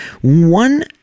One